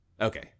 Okay